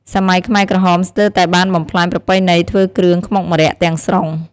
សម័យខ្មែរក្រហមស្ទើរតែបានបំផ្លាញប្រពៃណីធ្វើគ្រឿងខ្មុកម្រ័ក្សណ៍ទាំងស្រុង។